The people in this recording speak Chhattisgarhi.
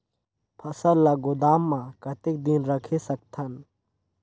फसल ला गोदाम मां कतेक दिन रखे सकथन?